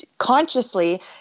consciously